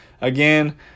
Again